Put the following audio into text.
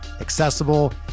accessible